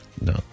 No